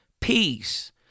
peace